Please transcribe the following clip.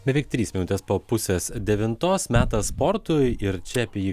beveik trys minutės po pusės devintos metas sportui ir čia apie jį